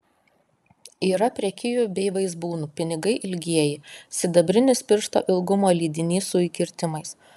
yra prekijų bei vaizbūnų pinigai ilgieji sidabrinis piršto ilgumo lydinys su įkirtimais